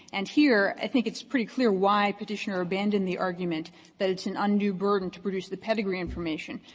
and here, i think it's pretty clear why petitioner abandoned the argument that it's an undue burden to produce the pedigree information.